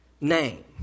name